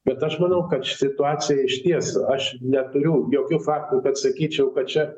bet aš manau kad šituacija išties aš neturiu jokių faktų kad sakyčiau kad čia